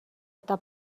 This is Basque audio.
eta